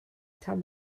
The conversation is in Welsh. tan